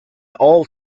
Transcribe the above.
all